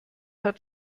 hat